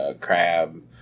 crab